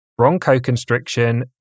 Bronchoconstriction